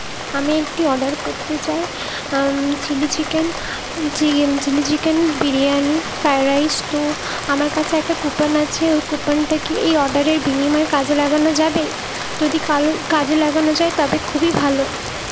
আমি একটি অর্ডার করতে চাই চিলি চিকেন জি chilli chicken biryani fried rice তো আমার কাছে একটা কুপন আছে ওই কুপনটা কি এই অর্ডারের বিনিময়ে কাজ লাগানো যাবে যদি কাল কাজে লাগানো যায় তবে খুবই ভালো